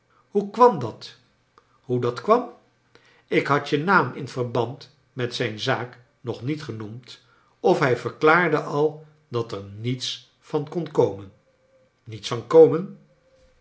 hoe kwam dat hoe dat kwam ik had je naam in verband met zijn zaak nog niet genoemd of hij verklaarde al dat er niets van kon komen niets van komen